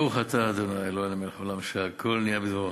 ברוך אתה ה' אלוהינו מלך העולם שהכול נהיה בדברו.